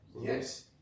yes